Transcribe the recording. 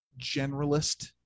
generalist